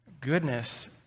goodness